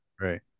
right